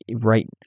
right